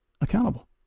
accountable